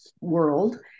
world